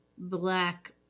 black